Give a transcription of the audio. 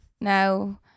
no